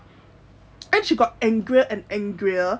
and she got angrier and angrier